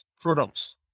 products